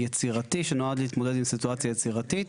יצירתי, שנועד להתמודד עם סיטואציה יצירתית.